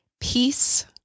Peace